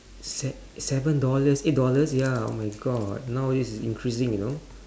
se seven dollars eight dollars ya oh my god nowadays it's increasing you know